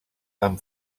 amb